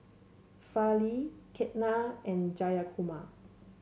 Fali Ketna and Jayakumar